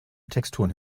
texturen